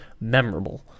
memorable